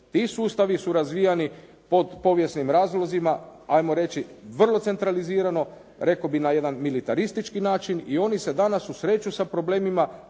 ti sustavi su razvijani pod povijesnim razlozima, 'ajmo reći vrlo centralizirano, rekao bih na jedan militaristički način i oni se danas susreću sa problemima